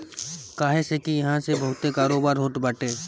काहे से की इहा से बहुते कारोबार होत बाटे